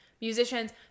musicians